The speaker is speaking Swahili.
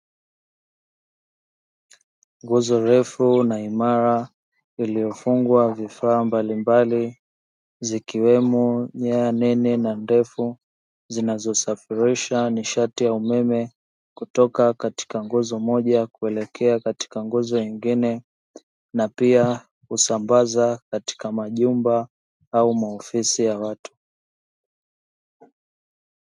Nguzo refu na imara iliyofungwa vifaa mbalimbali zikiwemo nyaya nene na ndefu, zinazosafirisha nishati ya umeme kutoka katika nguzo moja kuelekea katika nguzo nyingine. Na pia husambaza katika majumba au maofisi ya watu.